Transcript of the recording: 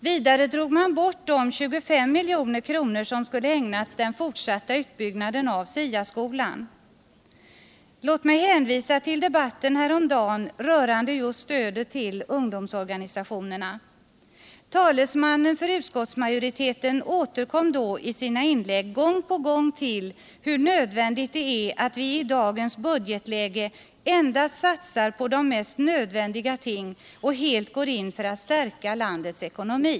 Vidare drog man bort de 25 milj.kr. som skulle ha ägnats den fortsatta utbyggnaden av SIA-skolan. Låt mig vidare hänvisa till debatten häromdagen rörande just stödet till ungdomsorganisationerna. Talesmannen för utskousmajoriteten återkom då i sina inlägg gång på gång till hur nödvändigt det är att vi i dagens budgetläge endast satsar på de mest nödvändiga tingen och helt går in för att stärka landets ekonomi.